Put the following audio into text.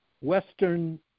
Western